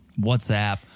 WhatsApp